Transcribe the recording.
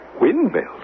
Windmills